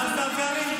מה, השר קרעי?